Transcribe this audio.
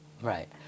Right